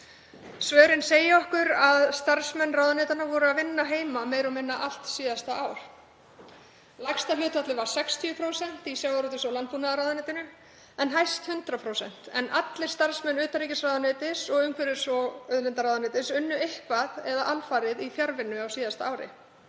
Svörin segja okkur að starfsmenn ráðuneytanna voru að vinna heima meira og minna allt síðasta ár. Lægsta hlutfallið var 60% í sjávarútvegs- og landbúnaðarráðuneytinu en hæst 100%. En allir starfsmenn utanríkisráðuneytis og umhverfis- og auðlindaráðuneytis unnu eitthvað eða alfarið í fjarvinnu á síðasta ári.